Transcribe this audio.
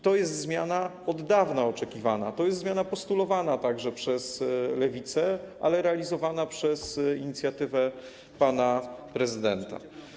To jest zmiana oczekiwana od dawna, to jest zmiana postulowana także przez Lewicę, ale realizowana przez inicjatywę pana prezydenta.